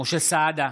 משה סעדה,